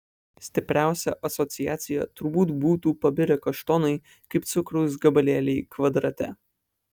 stipriausia asociacija turbūt būtų pabirę kaštonai kaip cukraus gabalėliai kvadrate